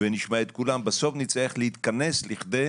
בסוף נצטרך להתכנס לכדי